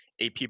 AP